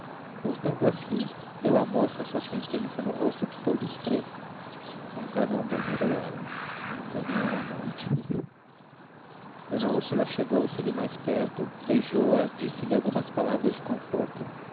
voltando a si leu a moça a sua sentença no rosto de todos três ainda não murmurou ela ainda não é a morte d úrsula chegou se lhe mais perto beijou-a disse-lhe algumas palavras de conforto